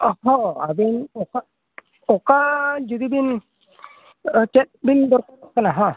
ᱚᱻ ᱦᱚᱸ ᱟᱹᱵᱤᱱ ᱚᱠᱟ ᱚᱠᱟ ᱡᱩᱫᱤ ᱵᱤᱱ ᱪᱮᱫ ᱵᱤᱱ ᱫᱚᱨᱠᱟᱨᱚᱜ ᱠᱟᱱᱟ ᱦᱮᱸ